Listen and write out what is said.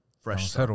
fresh